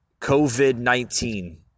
COVID-19